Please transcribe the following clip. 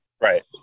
Right